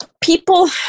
people